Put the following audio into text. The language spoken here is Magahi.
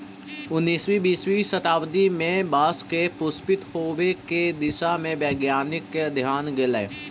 उन्नीसवीं बीसवीं शताब्दी में बाँस के पुष्पित होवे के दिशा में वैज्ञानिक के ध्यान गेलई